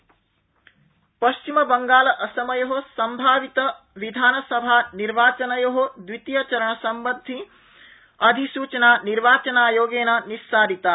बंगाल असम अधिसूचना पश्चिमबंगाल असमयो संभावित विधानसभानिर्वाचनयो द्वितीयचरण संबन्धी अधिसूचना निर्वाचनायोगेन निस्सारिता